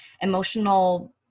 emotional